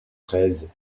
treize